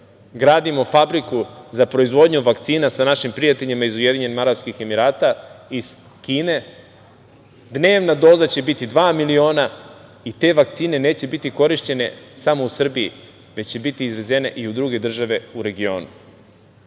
gradimo fabriku za proizvodnju vakcina sa našim prijateljima iz Ujedinjenih Arapskih Emirata, iz Kine. Dnevna doza će biti dva miliona i te vakcine neće biti korišćene samo u Srbiji, već će biti izvezene i u druge države u regionu. Kada